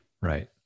Right